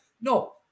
no